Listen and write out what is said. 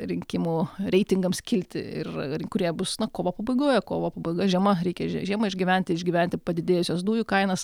rinkimų reitingams kilti ir ir kurie bus na kovo pabaigoje kovo pabaigoje žiema reikia žiemą išgyventi išgyventi padidėjusias dujų kainas